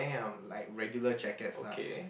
like regular jackets lah